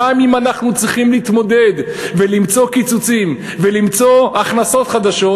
גם אם אנחנו צריכים להתמודד ולמצוא קיצוצים ולמצוא הכנסות חדשות,